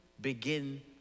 begin